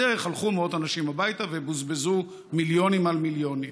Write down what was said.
בדרך הלכו מאות אנשים הביתה ובוזבזו מיליונים על מיליונים.